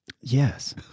Yes